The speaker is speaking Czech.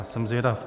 A jsem zvědav.